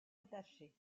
attachées